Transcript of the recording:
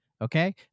Okay